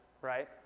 right